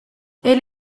elle